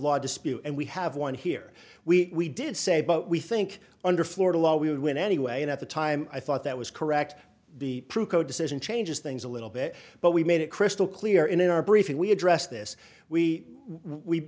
law dispute and we have one here we did say but we think under florida law we would win anyway and at the time i thought that was correct the decision changes things a little bit but we made it crystal clear in our briefing we addressed this we we